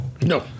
No